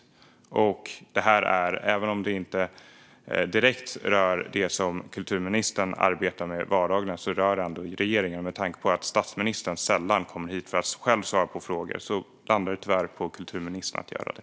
Även om det här inte direkt rör det som kulturministern arbetar med till vardags rör det ändå regeringen, och med tanke på att statsministern sällan kommer hit för att själv svara på frågor landar det tyvärr på kulturministern att göra det.